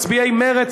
מצביעי מרצ,